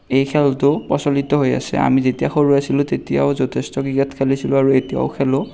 এই খেলটো প্ৰচলিত হৈ আছে আমি যেতিয়া সৰু আছিলোঁ তেতিয়াও যথেষ্ট ক্ৰিকেট খেলিছিলোঁ আৰু এতিয়াও খেলোঁ